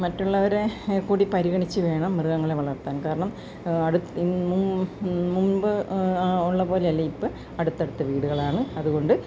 മറ്റുള്ളവരെ കൂടി പരിഗണിച്ച് വേണം മൃഗങ്ങളെ വളർത്താൻ കാരണം അട് മുമ്പ് ഉള്ളത് പോലെ അല്ല ഇപ്പോൾ അടുത്തടുത്ത് വീടുകളാണ് അത്കൊണ്ട്